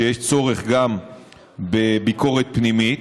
שיש צורך גם בביקורת פנימית,